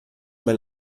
mein